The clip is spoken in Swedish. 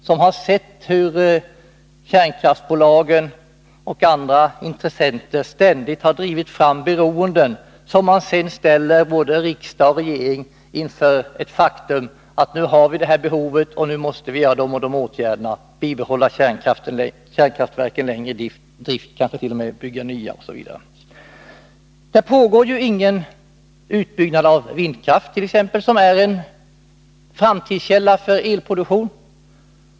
Vi har sett hur kärnkraftsbolagen och andra intressenter ständigt har drivit fram beroenden. Sedan har man ställt både riksdag och regering inför det faktum att olika behov förelegat och sagt att vissa åtgärder nu måste vidtas, t.ex. att behålla kärnkraftverk längre tid i drift eller kanske bygga nya, osv. Det pågår t.ex. ingen utbyggnad av vindkraft, som är en framtidskälla för elproduktion.